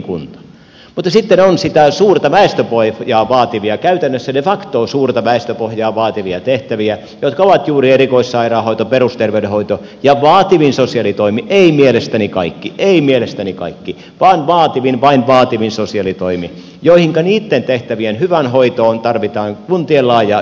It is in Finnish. mutta sitten on sitä suurta väestöpohjaa vaativia käytännössä de facto tehtäviä jotka ovat juuri erikoissairaanhoito perusterveydenhoito ja vaativin sosiaalitoimi ei mielestäni kaikki ei mielestäni kaikki vaan vaativin vain vaativin sosiaalitoimi ja niitten tehtävien hyvään hoitoon tarvitaan kuntien laajaa yhteistyötä